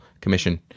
commission